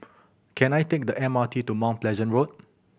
can I take the M R T to Mount Pleasant Road